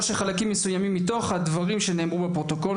או שחלקים מסוימים מתוך הדברים שנאמרו בפרוטוקול,